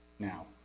Now